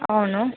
అవును